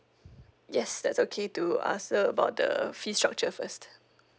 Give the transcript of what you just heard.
yes that's okay to ask her about the fee structure first